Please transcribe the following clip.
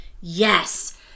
yes